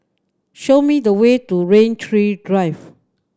show me the way to Rain Tree Drive